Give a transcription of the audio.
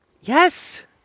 Yes